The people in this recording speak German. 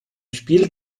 spiel